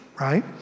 right